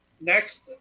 Next